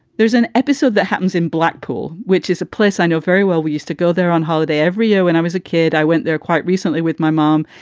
there's an episode that happens in blackpool, which is a place i know very well. we used to go there on holiday every year when i was a kid. i went there quite recently with my mom.